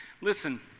Listen